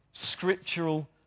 scriptural